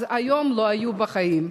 אז היום הם לא היו בחיים.